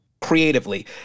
creatively